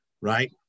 right